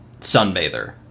Sunbather